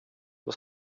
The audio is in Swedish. jag